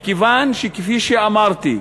מכיוון שכפי שאמרתי,